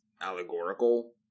allegorical